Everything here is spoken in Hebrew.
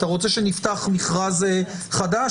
אתה רוצה שנפתח מכרז חדש,